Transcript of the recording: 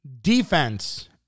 Defense